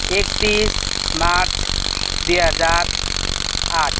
एकतिस मार्च दुई हजार आठ